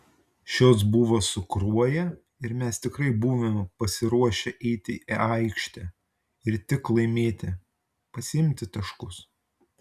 šios buvo su kruoja ir mes tikrai buvome pasiruošę eiti į aikštę ir tik laimėti pasiimti taškus